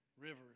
rivers